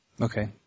Okay